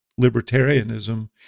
libertarianism